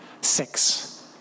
six